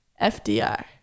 FDR